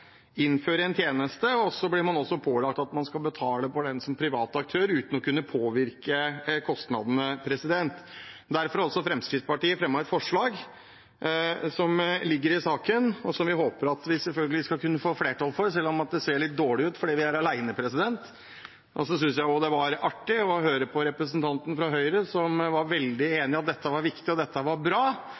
så blir man også pålagt å betale for den som privat aktør uten å kunne påvirke kostnadene. Derfor har Fremskrittspartiet fremmet et forslag som ligger i saken, som vi selvfølgelig håper at vi skal kunne få flertall for, selv om det ser litt dårlig ut, for vi er alene om det. Så synes jeg også det var artig å høre på representanten fra Høyre som var veldig enig i at dette var viktig, dette var bra,